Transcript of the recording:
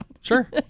Sure